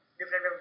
different